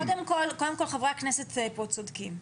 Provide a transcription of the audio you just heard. קודם כל, חברי הכנסת פה צודקים.